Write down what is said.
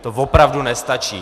To opravdu nestačí!